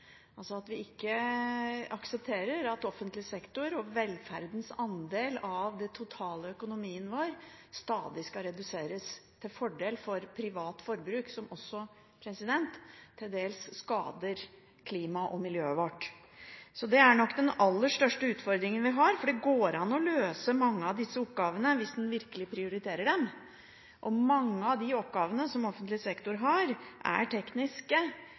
at vi ikke aksepterer at offentlig sektor og velferdens andel av den totale økonomien vår stadig skal reduseres til fordel for privat forbruk, som også til dels skader klimaet og miljøet vårt. – Så det er nok den aller største utfordringen vi har. Det går an å løse mange av disse oppgavene hvis en virkelig prioriterer dem. Mange av de oppgavene som offentlig sektor har, er tekniske